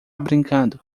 brincando